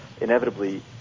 inevitably